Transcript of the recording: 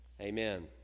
amen